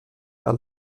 par